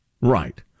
right